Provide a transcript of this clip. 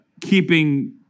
keeping